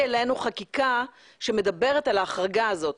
אלינו חקיקה שמדברת על ההחרגה הזאת.